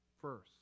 First